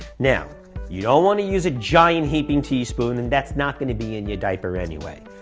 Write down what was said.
now you don't want to use a giant heaping teaspoon and that's not going to be in your diaper anyway.